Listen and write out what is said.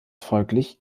folglich